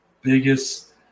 biggest